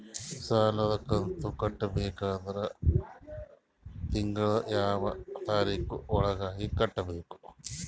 ಸಾಲದ ಕಂತು ಕಟ್ಟಬೇಕಾದರ ತಿಂಗಳದ ಯಾವ ತಾರೀಖ ಒಳಗಾಗಿ ಕಟ್ಟಬೇಕು?